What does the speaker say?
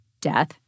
Death